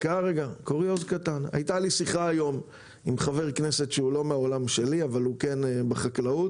דיברתי היום עם חבר כנסת שהוא לא מהעולם שלי אבל הוא כן בחקלאות.